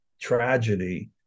tragedy